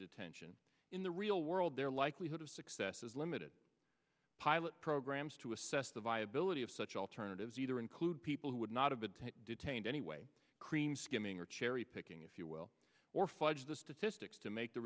detention in the real world their likelihood of success is limited pilot programs to assess the viability of such alternatives either include people who would not have been detained anyway cream skimming or cherry picking if you will or fudge the statistics to make the